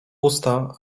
usta